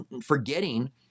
forgetting